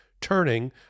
turning